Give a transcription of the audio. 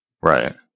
Right